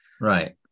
Right